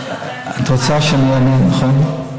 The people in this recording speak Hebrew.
את רוצה שאני אענה, נכון?